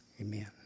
Amen